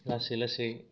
लासै लासै